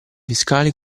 fiscale